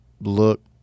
look